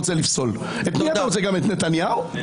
גם את נתניהו רוצה לפסול?